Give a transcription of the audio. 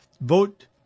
vote